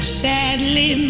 sadly